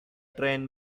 train